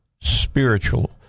spiritual